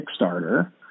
Kickstarter